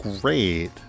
great